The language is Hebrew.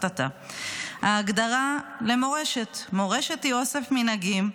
ההגדרה למורשת: "מורשת היא אוסף מנהגים,